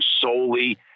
solely